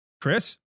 Chris